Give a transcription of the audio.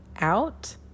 out